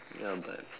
ya but